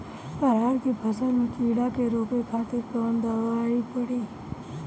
अरहर के फसल में कीड़ा के रोके खातिर कौन दवाई पड़ी?